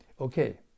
okay